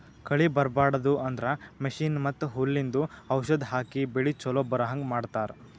ಕಳಿ ಬರ್ಬಾಡದು ಅಂದ್ರ ಮಷೀನ್ ಮತ್ತ್ ಹುಲ್ಲಿಂದು ಔಷಧ್ ಹಾಕಿ ಬೆಳಿ ಚೊಲೋ ಬರಹಂಗ್ ಮಾಡತ್ತರ್